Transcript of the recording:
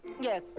Yes